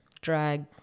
drag